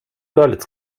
görlitz